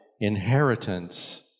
inheritance